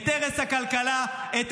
את הרס הכלכלה -- רון.